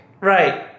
Right